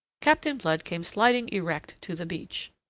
captain blood came sliding erect to the beach.